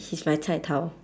he's my cai tau